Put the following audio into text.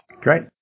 Great